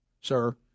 sir